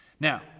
Now